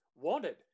wanted